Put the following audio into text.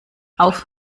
auf